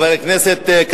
גם וגם.